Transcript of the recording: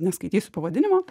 neskaitysiu pavadinimo